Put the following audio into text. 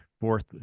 fourth